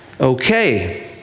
Okay